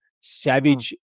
Savage